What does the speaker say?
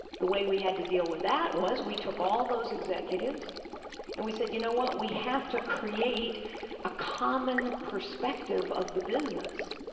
the way we had to deal with that was we took all those executives and we said, you know what, we have to create a common perspective of the business.